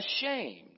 ashamed